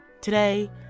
Today